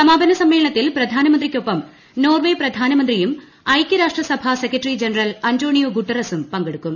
സമാപന സമ്മേളനത്തിൽ പ്രധാനമന്ത്രിക്കൊപ്പം നോർവെ പ്രധാനമന്ത്രിയും ഐകൃരാഷ്ട്ര സഭ സെക്രട്ടറി ജനറൽ അന്റോണിയോ ഗുട്ടറസും പങ്കെടുക്കും